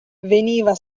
veniva